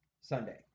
Sunday